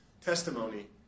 testimony